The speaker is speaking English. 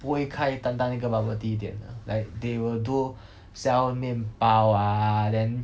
不会开单单一个 bubble tea 店的 like they will do sell 面包 ah then